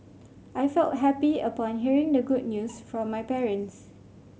I felt happy upon hearing the good news from my parents